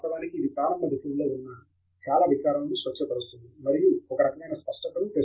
వాస్తవానికి ఇది ప్రారంభ దశలలలో ఉన్న చాలా వికారాలను స్వచ్చ పరుస్తుంది మరియు ఒక రకమైన స్పష్టతను తెస్తుంది